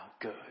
good